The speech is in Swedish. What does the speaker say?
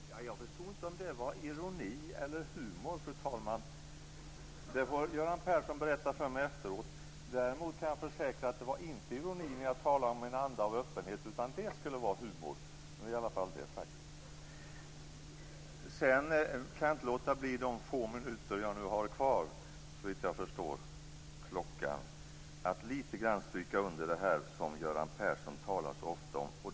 Fru talman! Jag förstår inte om det var ironi eller humor. Det får Göran Persson berätta för mig efteråt. Däremot kan jag försäkra att det inte var ironi när jag talade om en anda av öppenhet. Det skulle vara humor. Nu är i alla fall det sagt! De få minuter jag har kvar - såvitt jag förstår klockan - kan jag inte låta bli att litet grand stryka under det Göran Persson ofta talar om.